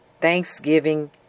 Thanksgiving